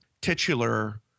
titular